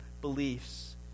beliefs